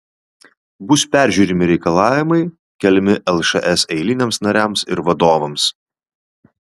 bus peržiūrimi reikalavimai keliami lšs eiliniams nariams ir vadovams